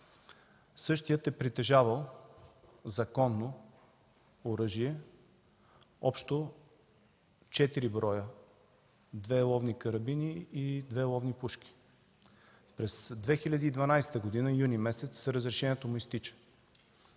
Същият е притежавал законно оръжие, общо 4 броя: 2 ловни карабини и 2 ловни пушки. През месец юни 2012 г. разрешението му изтича.